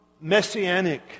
messianic